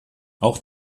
auch